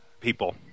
people